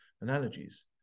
analogies